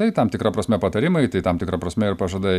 tai tam tikra prasme patarimai tai tam tikra prasme ir pažadai